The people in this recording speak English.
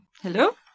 Hello